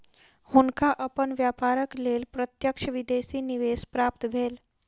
हुनका अपन व्यापारक लेल प्रत्यक्ष विदेशी निवेश प्राप्त भेल